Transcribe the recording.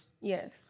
Yes